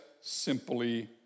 simply